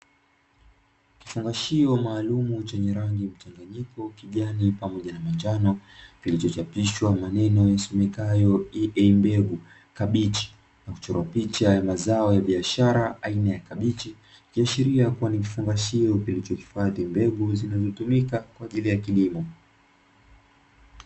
Kifungashio maalumu chenye rangi mchanganyiko kijani pamoja na manjano, kilichochapishwa maneno yasomekayo "EA mbegu kabichi" na kuchorwa picha ya mazao ya biashara aina ya kabichi ikiashiria kuwa ni kifungashio kilichohifadhi mbegu zinazotumika kwa ajili ya kilimo.